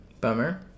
Bummer